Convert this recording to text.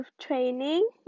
training